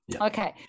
Okay